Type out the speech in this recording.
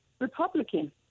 Republican